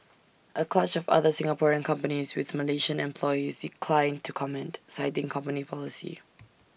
A clutch of other Singaporean companies with Malaysian employees declined to comment citing company policy